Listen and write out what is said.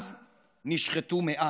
אז נשחטו מאה.